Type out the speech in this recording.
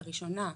הראשונה,